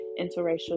interracial